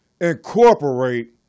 incorporate